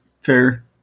Fair